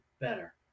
better